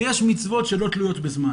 ויש מצוות שלא תלויות בזמן